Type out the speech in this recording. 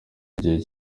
igihe